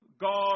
God